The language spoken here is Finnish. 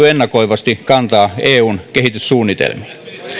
ennakoivasti kantaa eun kehityssuunnitelmiin